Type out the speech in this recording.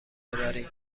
ببرید